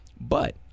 but-